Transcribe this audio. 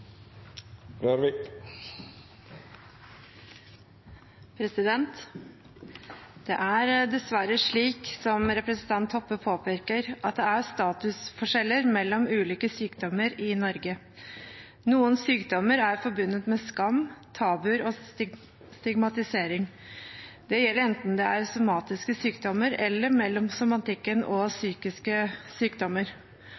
er øremerket. Det er dessverre slik som representanten Toppe påpeker, at det er statusforskjeller mellom ulike sykdommer i Norge – noen sykdommer er forbundet med skam, tabuer og stigmatisering – enten det er mellom somatiske sykdommer, eller det er mellom somatikken og